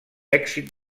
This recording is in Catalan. èxit